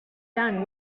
done